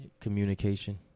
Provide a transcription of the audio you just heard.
Communication